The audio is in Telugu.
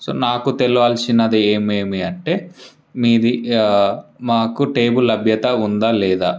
సో నాకు తెలవాల్సినది ఏమి ఏమి అంటే మీది మాకు టేబుల్ లభ్యత ఉందా లేదా